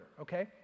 okay